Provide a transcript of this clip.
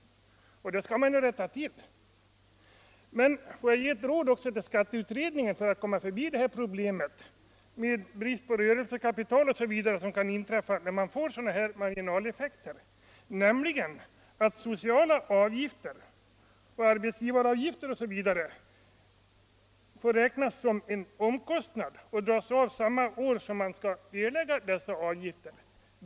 Detta skall man rätta till. Men får jag också ge ett råd till skatteutredningarna när det gäller problemet med brist på rörelsekapital som kan inträffa när man får sådana här marginaleffekter. Sociala avgifter, arbetsgivaravgifter osv. bör få räknas som en omkostnad och dras av samma år som dessa avgifter skall erläggas.